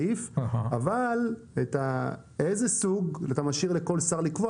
אבל איזה סוג אתה משאיר לכל שר לקבוע.